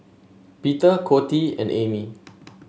Peter Coty and Amy